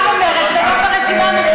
גם במרצ וגם ברשימה המשותפת.